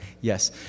Yes